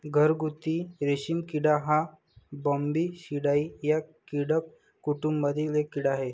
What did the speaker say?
घरगुती रेशीम किडा हा बॉम्बीसिडाई या कीटक कुटुंबातील एक कीड़ा आहे